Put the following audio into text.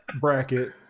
bracket